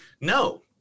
No